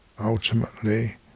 ultimately